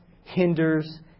hinders